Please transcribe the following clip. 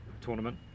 tournament